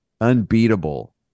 unbeatable